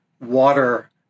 water